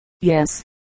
Yes